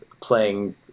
playing